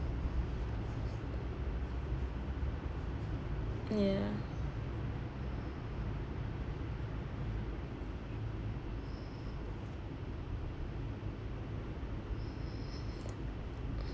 ya